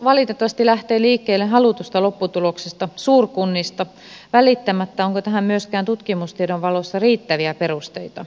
hallitus valitettavasti lähtee liikkeelle halutusta lopputuloksesta suurkunnista välittämättä siitä onko tähän myöskään tutkimustiedon valossa riittäviä perusteita